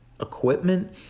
equipment